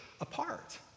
apart